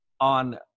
on